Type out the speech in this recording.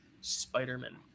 Spider-Man